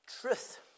truth